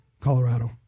Colorado